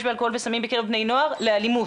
באלכוהול וסמים בקרב בני נוער לאלימות.